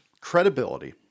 credibility